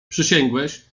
przysiągłeś